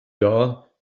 jahr